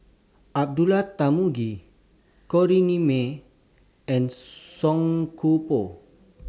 Abdullah Tarmugi Corrinne May and Song Koon Poh